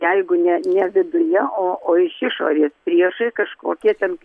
jeigu ne ne viduje o o iš išorės priešai kažkokie ten